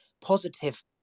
positive